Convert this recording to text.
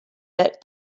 that